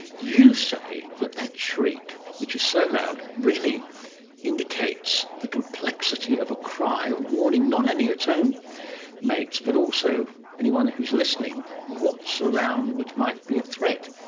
you say that that shriek, which is so loud, really indicates the complexity of a cry warning not only its own mates but also anyone who is listening, what's around which might be a threat.